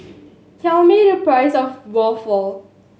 tell me the price of waffle